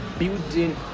building